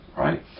Right